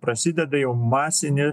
prasideda jau masinė